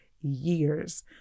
years